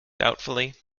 doubtfully